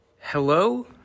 Hello